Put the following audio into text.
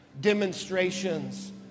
demonstrations